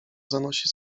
zanosi